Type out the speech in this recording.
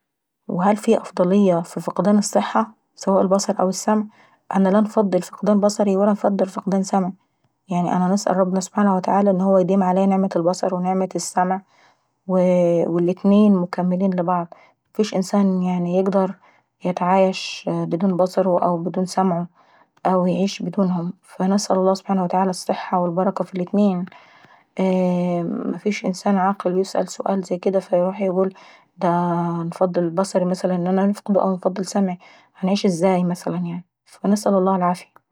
وهل في افضلية ف فقدان الصحة؟ سواء البصر او المسع. انا لا نفضل فقدان سمعي ولا نفضل فقدان بصري. يعني انا نسال ربنا سبحانه وتعالى انه هو يديم عليا نعمة البصر ونعمة السمع، وو الاتنين مكملين لبعض .مفيش انسان يقدر يتعايش من غير سمعه او من دون سمعه، أو يعيش بدونهم. فنسال الله سبحانه وتعالى الصحة والبركة ف الاتنين. ايييه مفيش انسانا عاقل يتسال سؤال زي دي فيروح يقول انا نفضل نعيش من غير سمعي او من غير بصري هنعيش ازاي مثلا. فنسال الله العافيي.